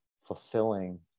fulfilling